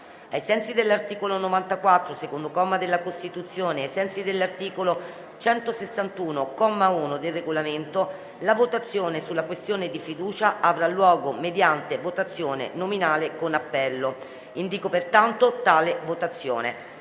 ai sensi dell'articolo 94, secondo comma, della Costituzione e ai sensi dell'articolo 161, comma 1, del Regolamento, la votazione sulla questione di fiducia avrà luogo mediante votazione nominale con appello. Ciascun senatore voterà